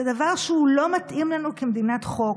זה דבר שהוא לא מתאים לנו כמדינת חוק.